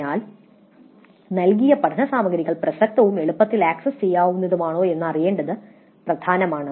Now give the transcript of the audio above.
അതിനാൽ നൽകിയ പഠന സാമഗ്രികൾ പ്രസക്തവും എളുപ്പത്തിൽ ആക്സസ് ചെയ്യാവുന്നതുമാണോ എന്ന് അറിയേണ്ടത് പ്രധാനമാണ്